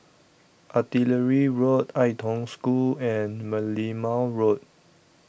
Artillery Road Ai Tong School and Merlimau Road